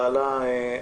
בעלה,